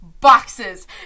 boxes